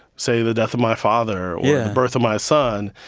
say, the death of my father or the birth of my son,